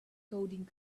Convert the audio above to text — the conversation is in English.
coding